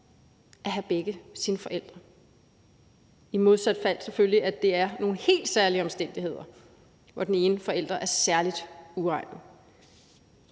at have begge sine forældre; medmindre, selvfølgelig, der er tale om nogle helt særlige omstændigheder, hvor den ene forælder er særligt uegnet.